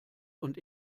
und